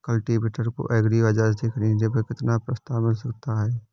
Cultivator को agri बाजार से ख़रीदने पर कितना प्रस्ताव मिल सकता है?